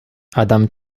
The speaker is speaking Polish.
adam